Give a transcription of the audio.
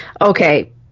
Okay